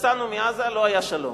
יצאנו מעזה, לא היה שלום.